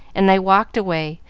and they walked away,